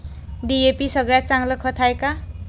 DAP सगळ्यात चांगलं खत हाये का?